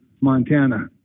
Montana